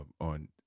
on